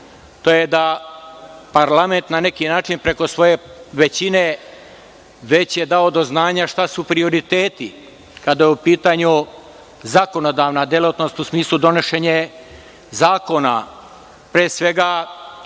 to je da parlament na neki način preko svoje većine već je dao do znanja šta su prioriteti kada je u pitanju zakonodavna delatnost u smislu donošenja zakona. Pre svega,